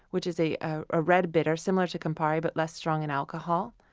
which is a ah ah red bitter, similar to campari, but less strong in alcohol.